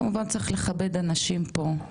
כמובן צריך לכבד אנשים פה,